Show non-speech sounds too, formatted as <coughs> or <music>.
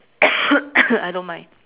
<coughs> I don't mind